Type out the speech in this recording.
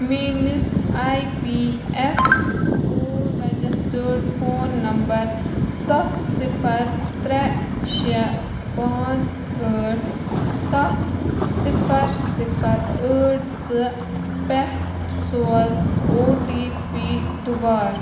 میٲنِس E P F O registered phone number سَتھ صِفر ترٛےٚ شیٚے پانٛژھ ٲٹھ سَتھ صِفر صِفر ٲٹھ زٕ پٮ۪ٹھ سوز او ٹی پی دُبارٕ